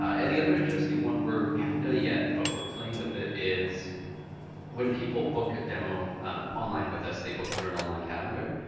and the other interesting one where we haven't done it yet, but we're playing with it, is when people book a demo online with us they book through an online calendar.